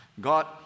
God